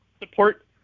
support